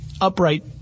upright